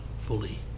fully